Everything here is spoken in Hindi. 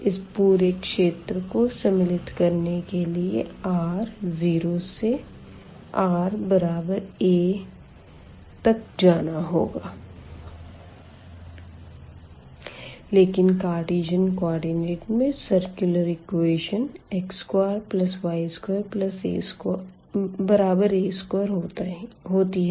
इस पूरे क्षेत्र को सम्मिलित करने के लिए r0 to ra तक जाना होगा लेकिन कार्टीजन कोऑर्डिनेट में सर्कुलर इक्वेज़न x2y2a2 होती है